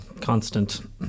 constant